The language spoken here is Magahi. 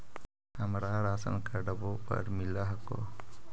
हमरा राशनकार्डवो पर मिल हको?